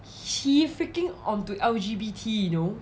he freaking onto L_G_B_T you know